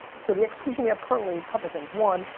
so the execution we have currently, couple things, one,